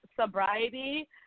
sobriety